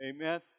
Amen